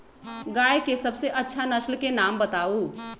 गाय के सबसे अच्छा नसल के नाम बताऊ?